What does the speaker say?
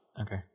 Okay